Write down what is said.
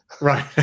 Right